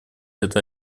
это